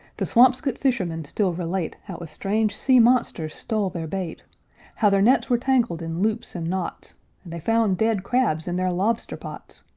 the swampscott fishermen still relate how a strange sea-monster stole their bait how their nets were tangled in loops and knots, and they found dead crabs in their lobster-pots.